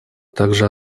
также